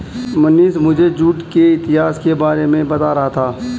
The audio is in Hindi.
मनीष मुझे जूट के इतिहास के बारे में बता रहा था